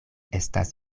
estas